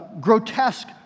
grotesque